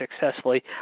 successfully